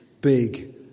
big